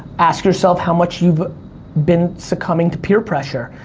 ask yourself how much you've been succumbing to peer pressure,